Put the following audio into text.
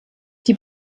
die